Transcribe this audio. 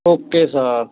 okay sir